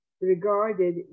regarded